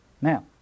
Now